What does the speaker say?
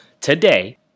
today